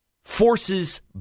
forces